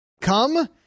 Come